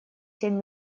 семь